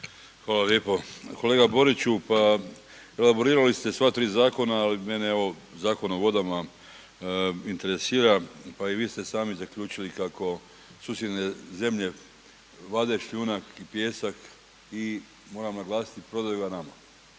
Hvala lijepo. Pa kolega Boriću, pa elaborirali ste sva tri zakona, ali mene evo Zakon o vodama interesira, pa i vi ste sami zaključili kako susjedne zemlje vade šljunak i pijesak i moram naglasiti prodaju ga nama.